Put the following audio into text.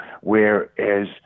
Whereas